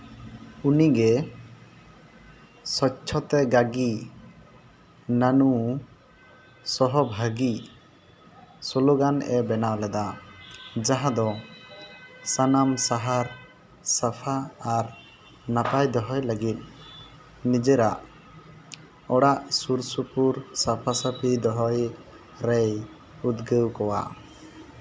ᱩᱱᱤᱜᱮ ᱥᱚᱪᱪᱷᱚᱛᱟᱭ ᱡᱟᱜᱤ ᱱᱟᱹᱱᱩ ᱥᱚᱦᱚ ᱵᱷᱟᱹᱜᱤ ᱥᱞᱳᱜᱟᱱᱮ ᱵᱮᱱᱟᱣ ᱞᱮᱫᱟ ᱡᱟᱦᱟᱸ ᱫᱚ ᱥᱟᱱᱟᱢ ᱥᱟᱦᱟᱨ ᱥᱟᱯᱷᱟ ᱟᱨ ᱱᱟᱯᱟᱭ ᱫᱚᱦᱚ ᱞᱟᱹᱜᱤᱫ ᱱᱤᱡᱮᱨᱟᱜ ᱚᱲᱟᱜ ᱥᱩᱨᱼᱥᱩᱯᱩᱨ ᱥᱟᱯᱷᱟᱼᱥᱟᱯᱷᱟᱤ ᱫᱚᱦᱚᱭ ᱨᱮᱭ ᱩᱫᱽᱜᱟᱹᱣ ᱠᱚᱣᱟ